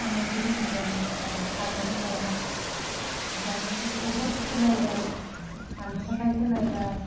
उनावसो मिथिगोन दा थागोन ना थाया दाथ' सब बुहुत सोलायबाय मानि थाखाय सोलायबाय